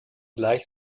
gleich